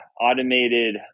automated